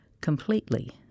completely